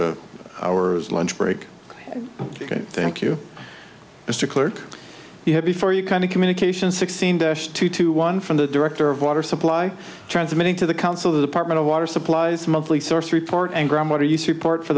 to ours lunch break thank you mr clerk you have before you kind of communication sixteen two to one from the director of water supply transmitting to the council the department of water supplies monthly source report and gram what are you support for